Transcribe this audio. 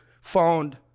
found